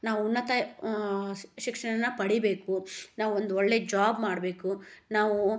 ನಾವು ಉನ್ನತ ಶಿಕ್ಷಣವನ್ನು ಪಡೀಬೇಕು ನಾವೊಂದು ಒಳ್ಳೆಯ ಜಾಬ್ ಮಾಡಬೇಕು ನಾವು